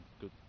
good